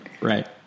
Right